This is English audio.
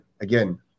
again